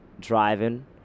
driving